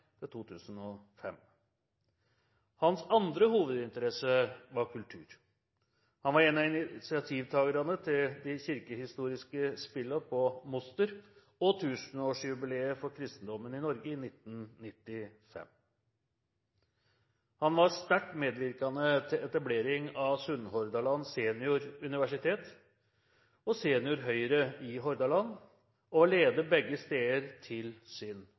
Hans andre hovedinteresse var kultur. Han var en av initiativtagerne til de kirkehistoriske spillene på Moster og tusenårsjubileet for kristendommen i Norge i 1995. Han var sterkt medvirkende til etableringen av Sunnhordland senioruniversitet og Senior Høyre i Hordaland og var leder begge steder til